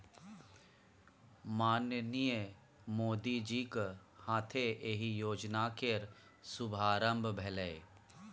माननीय मोदीजीक हाथे एहि योजना केर शुभारंभ भेलै